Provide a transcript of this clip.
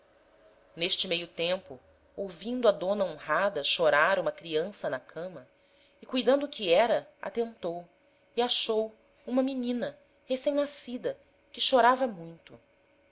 n'este meio tempo ouvindo a dona honrada chorar uma criança na cama e cuidando o que era atentou e achou uma menina recem nascida que chorava muito